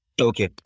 Okay